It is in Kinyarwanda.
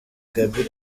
gaby